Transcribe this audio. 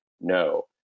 no